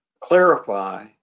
clarify